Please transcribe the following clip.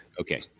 okay